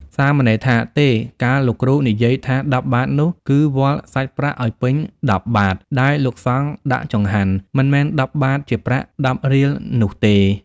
សាមណេរថា "ទេ! កាលលោកគ្រូនិយាយថា ១០ បាទនោះ គឺវាល់សាច់ប្រាក់ឲ្យពេញ ១០ បាត្រដែលលោកសង្ឃដាក់ចង្ហាន់ មិនមែន ១០ បាទ ជាប្រាក់ ១០ រៀលនោះទេ។